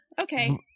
Okay